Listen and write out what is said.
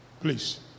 Please